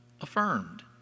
affirmed